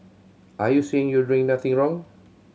are you saying you're doing nothing wrong